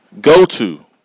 go-to